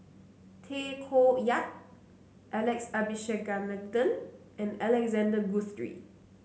Tay Koh Yat Alex Abisheganaden and Alexander Guthrie